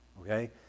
okay